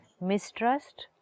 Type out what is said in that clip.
mistrust